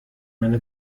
meine